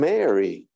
Mary